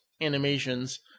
animations